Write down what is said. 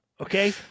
Okay